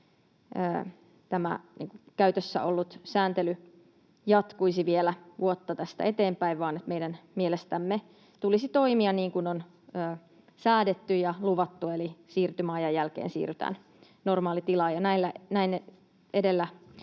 käytössä ollut sääntely jatkuisi vielä vuoden tästä eteenpäin, vaan että meidän mielestämme tulisi toimia niin kuin on säädetty ja luvattu, eli siirtymäajan jälkeen siirrytään normaalitilaan. Näillä edellä